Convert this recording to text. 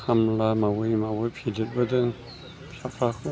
खामला मावै मावै फेदेरबोदों फिसाफ्राखौ